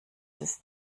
ist